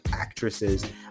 actresses